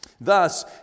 Thus